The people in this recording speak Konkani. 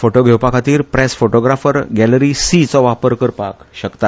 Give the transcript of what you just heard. फोटो घेवपा खातीर प्रेस फोटोग्राफर गॅलरी सी चो वापर करपाक शकतात